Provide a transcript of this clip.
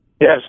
Yes